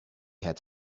had